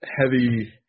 heavy